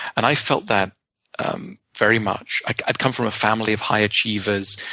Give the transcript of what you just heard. and i felt that um very much. i'd i'd come from a family of high achievers,